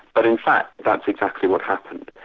but in fact, that's exactly what happened,